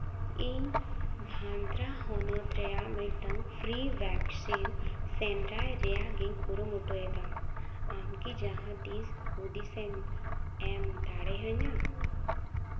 ᱤᱧ ᱵᱷᱟᱫᱽᱨᱟ ᱦᱚᱱᱚᱛ ᱨᱮᱭᱟᱜ ᱢᱤᱫᱴᱟᱱ ᱯᱷᱨᱤ ᱵᱷᱮᱠᱥᱤᱱ ᱥᱮᱸᱫᱽᱨᱟᱭ ᱨᱮᱭᱟᱜ ᱤᱧ ᱠᱩᱨᱩᱢᱩᱴᱩᱭᱮᱫᱟ ᱟᱢ ᱠᱤ ᱡᱟᱦᱟᱸ ᱛᱤᱥ ᱦᱩᱫᱤᱥᱮᱢ ᱮᱢ ᱫᱟᱲᱮᱭᱟᱹᱧᱟᱹ